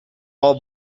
all